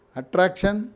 attraction